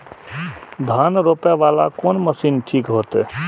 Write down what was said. धान रोपे वाला कोन मशीन ठीक होते?